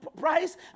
price